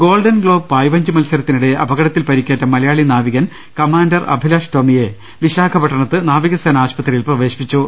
Golden Globe പായ് വഞ്ചി മത്സരത്തിനിടെ അപകടത്തിൽ പരിക്കേറ്റ മലയാളി നാവികൻ കമാൻഡർ അഭിലാഷ് ടോമിയെ വിശാഖപട്ടണത്ത് നാവികസേനാ ആശു പത്രിയിൽ പ്രവേശിപ്പിച്ചു